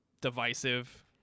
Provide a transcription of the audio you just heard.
divisive